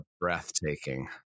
breathtaking